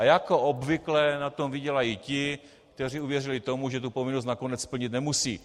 A jako obvykle na tom vydělají ti, kteří uvěřili tomu, že tu povinnost nakonec splnit nemusí.